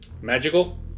Magical